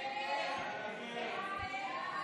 הסתייגות 9 לא נתקבלה.